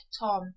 Tom